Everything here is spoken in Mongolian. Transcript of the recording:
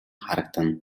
харагдана